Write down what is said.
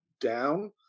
down